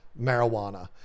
marijuana